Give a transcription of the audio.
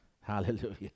Hallelujah